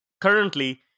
currently